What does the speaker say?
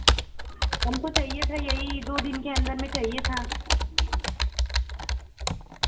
हमको चाहिए था यही दो दिन के अंदर में चाहिए था